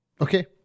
Okay